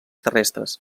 terrestres